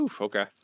okay